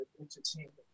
entertainment